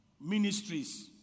ministries